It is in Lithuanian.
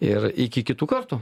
ir iki kitų kartų